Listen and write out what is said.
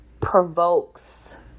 provokes